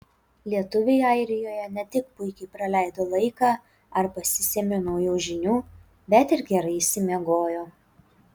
lietuviai airijoje ne tik puikiai praleido laiką ar pasisėmė naujų žinių bet ir gerai išsimiegojo